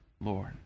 Lord